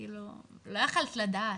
כאילו, לא יכולת לדעת.